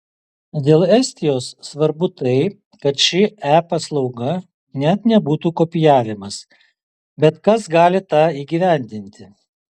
dėl estijos svarbu tai kad ši e paslauga net nebūtų kopijavimas bet kas gali tą įgyvendinti